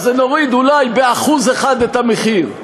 אז נוריד אולי ב-1% את המחיר,